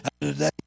Today